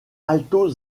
alto